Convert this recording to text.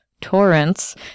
torrents